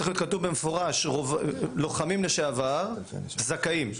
זה צריך להיות כתוב במפורש לוחמים לשעבר זכאים.